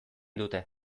dute